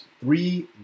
three